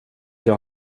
jag